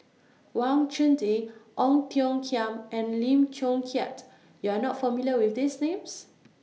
Wang Chunde Ong Tiong Khiam and Lim Chong Keat YOU Are not familiar with These Names